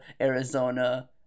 Arizona